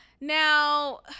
Now